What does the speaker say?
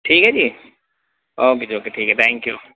ٹھیک ہے جی اوکے جی اوکے ٹھیک ہے تھینک یو